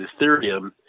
ethereum